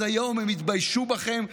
אז היום הם יתביישו בכם,